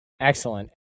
Excellent